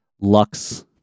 lux